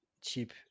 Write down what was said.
cheap